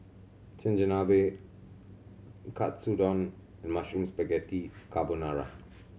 Chigenabe Katsudon Mushroom Spaghetti Carbonara